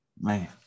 man